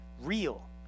real